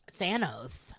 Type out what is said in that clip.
Thanos